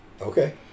Okay